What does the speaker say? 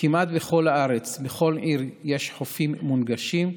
שכמעט בכל הארץ, בכל עיר, יש חופים מונגשים.